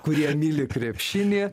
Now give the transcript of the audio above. kurie myli krepšinį